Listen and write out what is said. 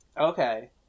Okay